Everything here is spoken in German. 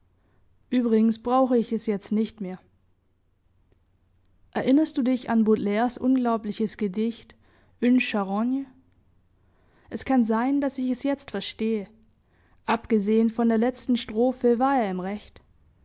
übrigens brauche ich es jetzt nicht mehr erinnerst du dich an baudelaires unglaubliches gedicht une charogne es kann sein daß ich es jetzt verstehe abgesehen von der letzten strophe war er im recht